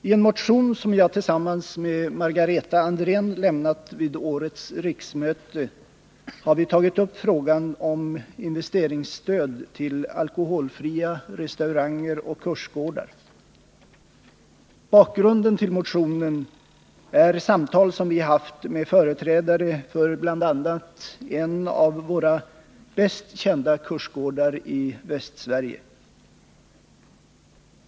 I en motion som jag tillsammans med Margareta Andrén väckt vid årets riksmöte har vi tagit upp frågan om investeringsstöd till alkoholfria restauranger och kursgårdar. Bakgrunden till motionen är samtal som vi haft med företrädare för bl.a. en av våra bäst kända kursgårdar i Västsverige.